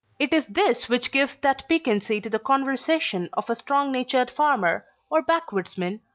it is this which gives that piquancy to the conversation of a strong-natured farmer or back-woodsman,